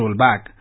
rollback